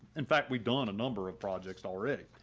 in fact, we've done a number of projects already.